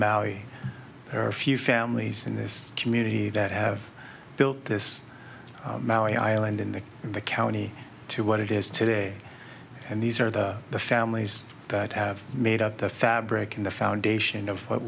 maui or a few families in this community that have built this island in the in the county to what it is today and these are the families that have made up the fabric in the foundation of what